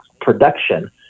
production –